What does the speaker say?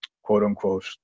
quote-unquote